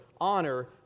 honor